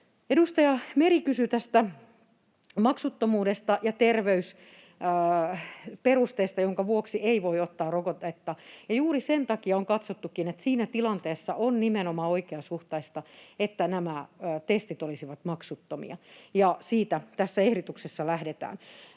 Edustaja Meri kysyi tästä maksuttomuudesta ja terveysperusteesta, jonka vuoksi ei voi ottaa rokotetta. Juuri sen takia on katsottukin, että siinä tilanteessa on nimenomaan oikeasuhtaista, että nämä testit olisivat maksuttomia, ja siitä tässä ehdotuksessa lähdetään.